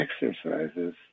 exercises